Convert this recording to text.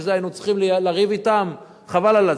בשביל זה היינו צריכים לריב אתם, חבל על הזמן.